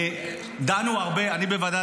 אני בוועדה